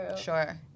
Sure